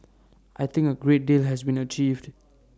I think A great deal has been achieved